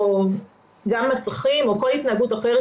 או גם מסכים או כל התנהגות אחרת,